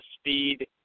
speed